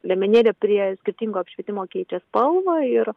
liemenėlės prie skirtingo apšvietimo keičia spalvą ir